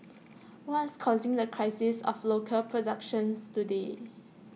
what's causing the crisis of local productions today